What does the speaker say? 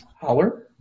Holler